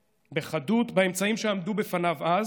בחדות, באמצעים שעמדו בפניו אז